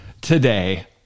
today